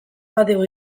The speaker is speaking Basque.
badigu